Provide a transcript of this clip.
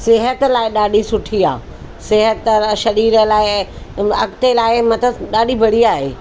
सिहत लाइ ॾाढी सुठी आहे सिहत लाइ शरीर लाइ अॻिते लाइ मतिलबु ॾाढी बढ़िया आहे ई